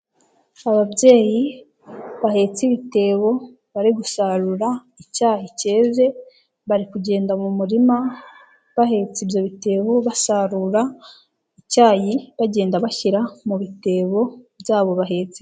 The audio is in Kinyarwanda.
Ababyeyi bahetse ibitebo bari gusarura icyayi cyeze, bari kugenda mu murima bahetse ibyo bitebo basarura icyayi, bagenda bashyira mu bitebo byabo bahetse.